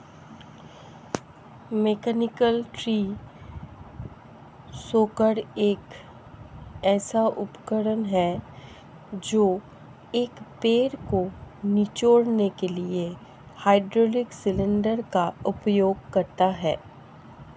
mechanical tree shaker एक ऐसा उपकरण है जो एक पेड़ को निचोड़ने के लिए हाइड्रोलिक सिलेंडर का उपयोग करता है